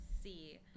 see